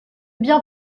bien